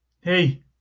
Hey